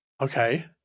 Okay